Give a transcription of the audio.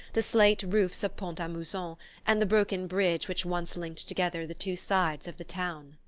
the slate roofs of pont-a-mousson and the broken bridge which once linked together the two sides of the town.